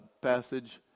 passage